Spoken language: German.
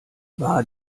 war